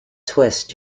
twist